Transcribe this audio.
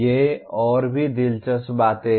ये और भी दिलचस्प बातें हैं